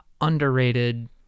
underrated